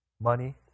money